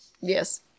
Yes